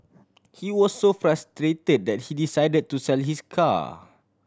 he was so frustrated that he decided to sell his car